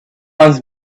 once